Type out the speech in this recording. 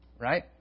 right